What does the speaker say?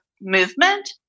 movement